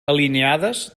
alineades